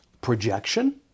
projection